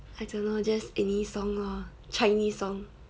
I don't know just any song lor chinese song